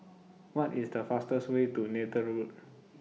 What IS The fastest Way to Neythal Road